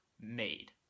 made